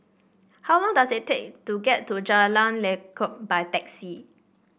how long does it take to get to Jalan Lekub by taxi